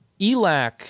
ELAC